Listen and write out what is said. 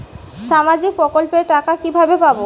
সামাজিক প্রকল্পের টাকা কিভাবে পাব?